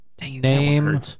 Name